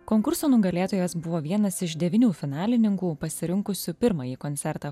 konkurso nugalėtojas buvo vienas iš devynių finalininkų pasirinkusių pirmąjį koncertą